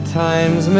times